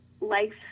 life